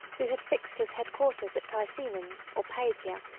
who had fixed his head-quarters at ticinum, or pavia,